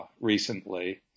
recently